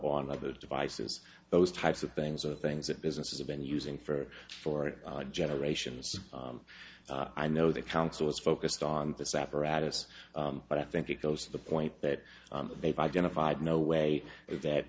on other devices those types of things are things that businesses have been using for for a generations i know the council is focused on this apparatus but i think it goes to the point that they've identified no way